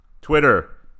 Twitter